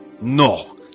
No